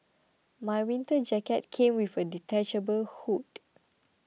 my winter jacket came with a detachable hood